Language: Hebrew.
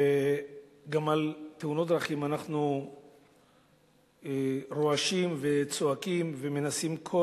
גם על תאונות דרכים אנחנו רועשים וצועקים ומנסים כל